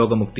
രോഗമുക്തി